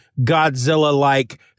Godzilla-like